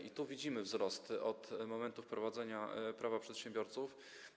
I tu widzimy wzrost od momentu wprowadzenia Prawa przedsiębiorców.